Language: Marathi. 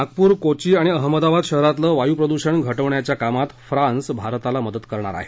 नागपूर कोच्चि आणिं अहमदाबाद शहरातलं वायू प्रदूषण घटवण्याच्या कामात फ्रान्स भारताला मदत करणार आहे